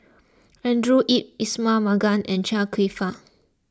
Andrew Yip Ismail Marjan and Chia Kwek Fah